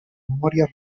memòria